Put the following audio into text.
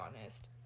honest